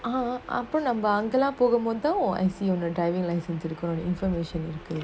a upper number colombo monto and see on a diving licence to the current information